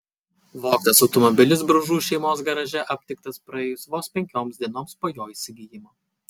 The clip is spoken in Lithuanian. vogtas automobilis bružų šeimos garaže aptiktas praėjus vos penkioms dienoms po jo įsigijimo